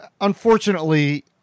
unfortunately